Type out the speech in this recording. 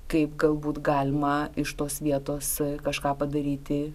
kaip galbūt galima iš tos vietos kažką padaryti